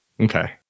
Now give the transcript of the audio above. Okay